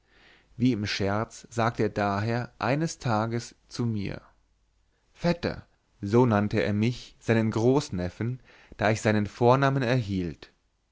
wie im scherz sagte er daher eines tages zu mir vetter so nannte er mich seinen großneffen da ich seine vornamen erhielt